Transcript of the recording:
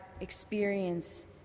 experience